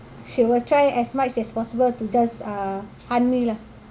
she will try as much as possible to just uh hunt me lah